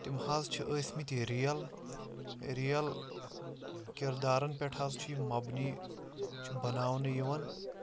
تِم حظ چھِ ٲسۍ مٕتۍ یہِ رِیَل رِیَل کِردارَن پٮ۪ٹھ حظ چھِ یہِ مَبنی چھِ بَناونہٕ یِوان